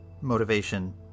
motivation